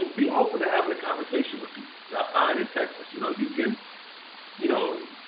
be open to having a conversation with people because i find in texas you know you can you know